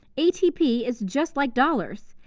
atp is just like dollars.